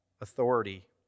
authority